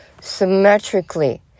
symmetrically